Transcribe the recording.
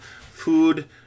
food